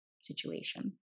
situation